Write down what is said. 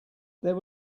there